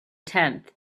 tenth